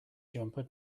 jumper